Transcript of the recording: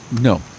No